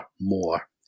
more